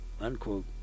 unquote